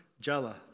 Jela